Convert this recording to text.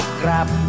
grab